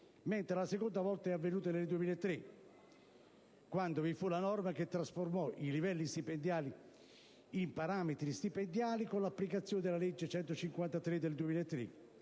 la seconda volta nel 2003, quando vi fu una norma che trasformò i livelli stipendiali in parametri stipendiali con l'applicazione della legge n. 153 del 2003.